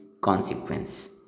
consequence